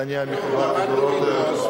אדוני דודו רותם.